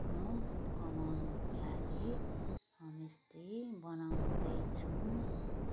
आफ्नो कमाउनुको लागि होमस्टे बनाउँदैछौँ